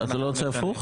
אתה לא רוצה הפוך?